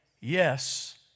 Yes